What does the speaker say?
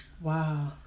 Wow